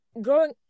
growing